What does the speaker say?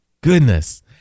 goodness